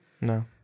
No